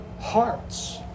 hearts